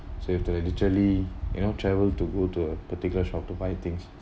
so I have to like literally you know travel to go to a particular shop to buy things